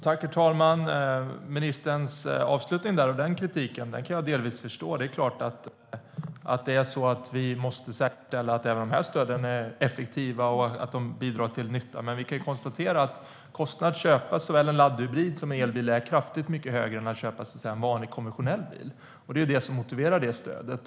Herr talman! Ministerns avslutande kritik kan jag delvis förstå. Det är klart att vi måste säkerställa att även de här stöden är effektiva och gör nytta. Men vi kan konstatera att kostnaden för att köpa en laddhybrid eller en elbil är kraftigt mycket högre än kostnaden för att köpa en vanlig, konventionell bil. Det är det som motiverar det stödet.